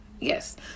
Yes